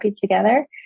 together